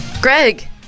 Greg